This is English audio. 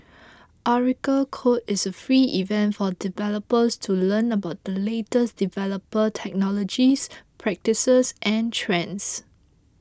Oracle Code is a free event for developers to learn about the latest developer technologies practices and trends